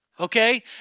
Okay